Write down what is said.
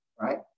right